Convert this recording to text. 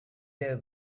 their